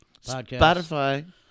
Spotify